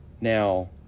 Now